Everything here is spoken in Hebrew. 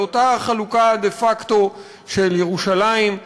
על אותה חלוקה דה-פקטו של ירושלים.